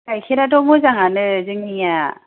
गाइखेर आथ' मोजाङानो जोंनिआ